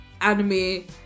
anime